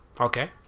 Okay